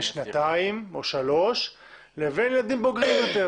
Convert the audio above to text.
שנתיים או שלוש לבין ילדים בוגרים יותר,